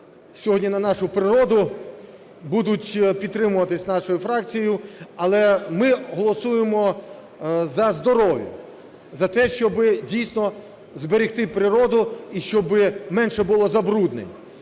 сьогодні на нашу природу, будуть підтримуватись нашою фракцією, але ми голосуємо за здоров'я, за те, щоби дійсно зберегти природу і менше було забруднень.